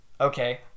okay